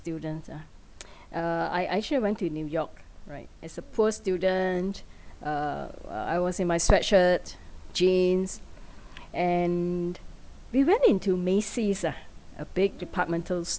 students ah uh I I actually went to new york right as a poor student uh I was in my sweat shirt jeans and we went into Macy's ah a big departmental